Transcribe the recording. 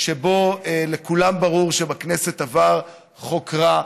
ולכולם ברור שבכנסת עבר חוק רע,